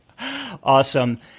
Awesome